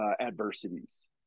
adversities